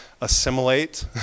assimilate